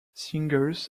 singers